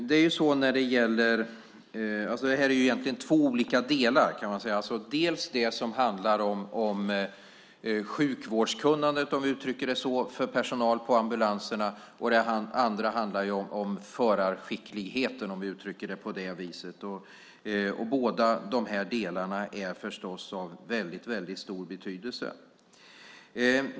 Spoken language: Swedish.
Herr talman! Det här är egentligen två olika delar. Det handlar dels om sjukvårdskunnandet hos personalen på ambulanserna, dels om förarskickligheten, om vi uttrycker det på det viset. Båda de här delarna är av väldigt stor betydelse.